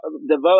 develop